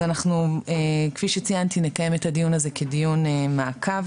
אז אנחנו כפי שציינתי נקיים את הדיון הזה כדיון מעקב,